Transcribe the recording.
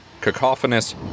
cacophonous